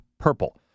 Purple